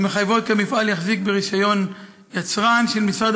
המחייבות כי המפעל יחזיק ברישיון יצרן של משרד